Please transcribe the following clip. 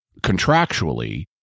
contractually